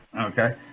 okay